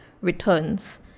returns